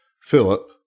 Philip